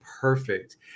Perfect